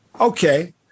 Okay